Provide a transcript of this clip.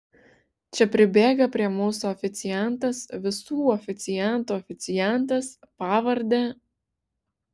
čia pribėga prie mūsų oficiantas visų oficiantų oficiantas pavarde